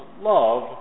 love